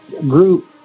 group